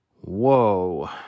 whoa